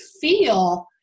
feel